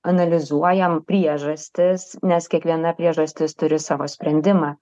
analizuojam priežastis nes kiekviena priežastis turi savo sprendimą